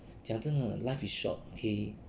讲真的 life is short okay